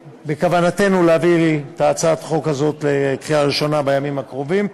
בכוונתנו להביא את הצעת החוק הזאת לקריאה הראשונה בימים הקרובים.